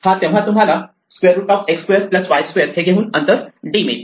हा तेव्हा तुम्हाला √x2 y2 हे घेऊन अंतर d मिळते